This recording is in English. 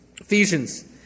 Ephesians